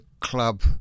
club